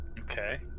Okay